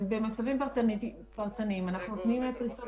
במצבים פרטניים אנחנו נותנים פריסות